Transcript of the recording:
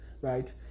right